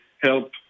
help